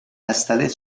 installés